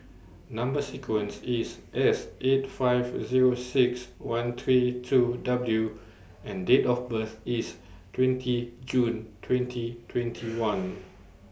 Number sequence IS S eight five Zero six one three two W and Date of birth IS twenty June twenty twenty one